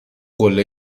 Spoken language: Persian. قله